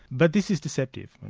but this is deceptive,